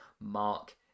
Mark